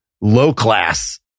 low-class